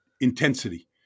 intensity